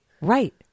Right